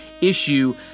issue